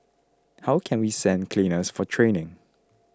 how can we send cleaners for training